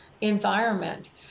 environment